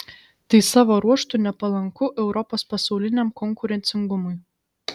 tai savo ruožtu nepalanku europos pasauliniam konkurencingumui